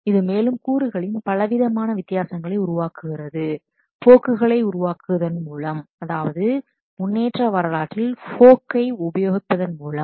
இது மேலும் கூறுகளின் பலவிதமான வித்தியாசங்களை உருவாக்குகிறது போக்குகளை உருவாக்குவதன் மூலம் அதாவது முன்னேற்ற வரலாற்றில் போக்கை உபயோகிப்பதன் மூலம்